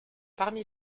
parmi